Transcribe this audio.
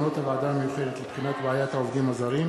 מסקנות הוועדה המיוחדת לבחינת בעיית העובדים הזרים,